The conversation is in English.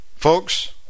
folks